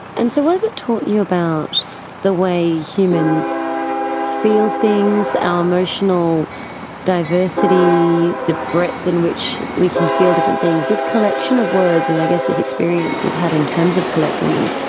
and so what has it taught you about the way humans feel things, our emotional diversity, the breadth in which we can feel different things? this collection of words and i guess this experience you've had in terms of collecting them,